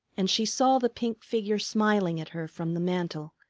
and she saw the pink figure smiling at her from the mantel,